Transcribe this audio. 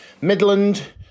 Midland